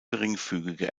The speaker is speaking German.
geringfügige